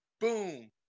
Boom